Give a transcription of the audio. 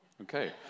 okay